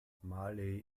malé